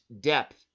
depth